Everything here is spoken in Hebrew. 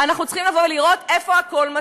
אנחנו צריכים לראות איפה הכול מתחיל,